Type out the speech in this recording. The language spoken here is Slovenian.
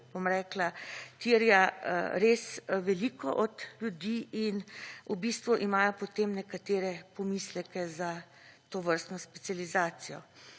bom rekla, tereja res veliko od ljudi in v bistvu imajo potem nekatere pomisleke za tovrstno specializacijo.